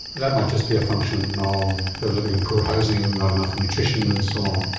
that might just be a function of living in poor housing, not enough nutrition and so on.